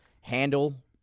handle